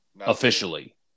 Officially